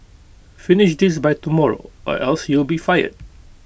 finish this by tomorrow or else you'll be fired